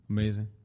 Amazing